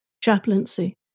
chaplaincy